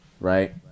right